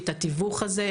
את התיווך הזה.